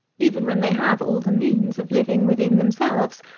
even when they have all the means of living within themselves,